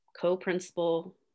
co-principal